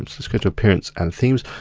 let's just go to appearance and themes.